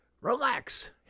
relax